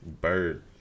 Bird